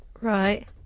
Right